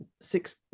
six